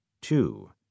Two